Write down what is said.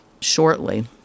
shortly